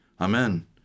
Amen